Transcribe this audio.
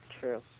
true